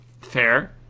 Fair